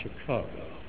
Chicago